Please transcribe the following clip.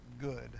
good